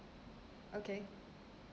okay